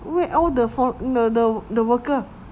where all the for~ the the the worker